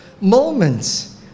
moments